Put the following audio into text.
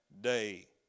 day